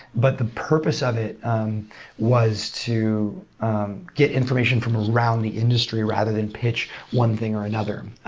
but the purpose of it was to get information from around the industry rather than pitch one thing or another.